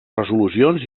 resolucions